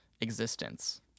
existence